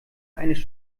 eine